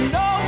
no